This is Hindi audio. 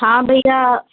हाँ भइया